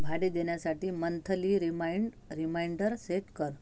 भाडे देण्यासाठी monthly remind reminder set कर